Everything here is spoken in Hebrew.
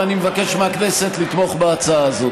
ואני מבקש מהכנסת לתמוך בהצעה הזו.